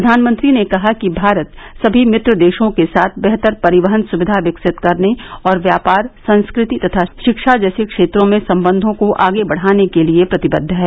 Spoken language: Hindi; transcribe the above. प्रधानमंत्री ने कहा कि भारत सभी मित्र देशों के साथ बेहतर परिवहन सुविधा विकसित करने और व्यापार संस्कृति तथा शिक्षा जैसे क्षेत्रों में संबंधों को आगे बढ़ाने के लिए प्रतिबद्ध है